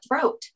throat